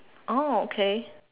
oh okay